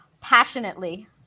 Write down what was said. Passionately